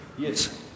Yes